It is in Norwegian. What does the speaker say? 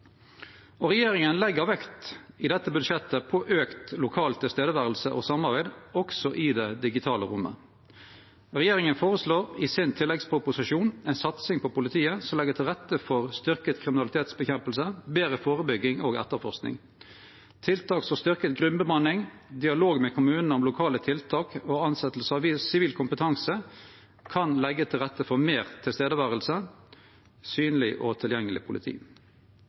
I dette budsjettet legg regjeringa vekt på auka lokalt nærvær og samarbeid, også i det digitale rommet. Regjeringa foreslår i sin tilleggsproposisjon ei satsing på politiet som legg til rette for ein styrkt kamp mot kriminalitet, betre førebygging og betre etterforsking. Tiltak som styrkt grunnbemanning og dialog med kommunane om lokale tiltak og tilsetting av sivil kompetanse kan leggje til rette for meir nærvær og eit synleg og tilgjengeleg politi.